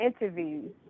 interviews